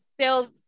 sales